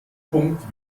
punkt